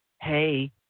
hey